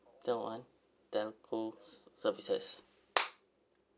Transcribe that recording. call one telco services